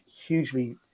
hugely